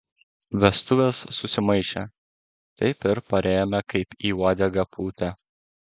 vestuvės susimaišė taip ir parėjome kaip į uodegą pūtę